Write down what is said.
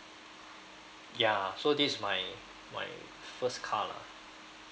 ya so this is my my first car lah